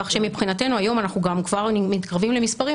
כך שמבחינתנו היום אנחנו גם כבר מתקרבים למספרים